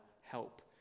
help